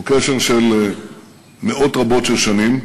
הוא קשר של מאות רבות של שנים,